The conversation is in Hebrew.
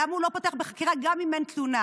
למה הוא לא פותח בחקירה גם אם אין תלונה.